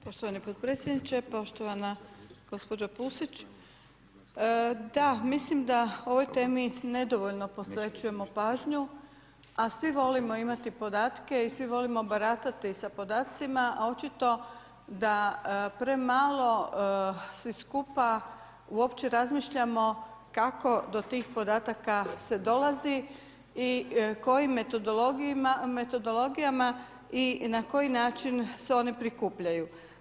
Poštovani potpredsjedniče, poštovana gospođa Pusić, da mislim da o ovoj temi nedovoljno posvećujemo pažnju a svi volimo imati podatke i svi volimo baratati s podacima, a očito da premalo svi skupa uopće razmišljamo kako do tih podataka se dolazi i kojim metodologijama i na koji način se oni prikupljaju.